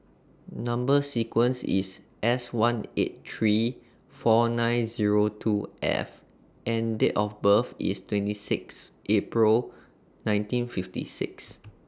Number sequence IS S one eight three four nine Zero two F and Date of birth IS twenty six April nineteen fifty six